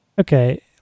Okay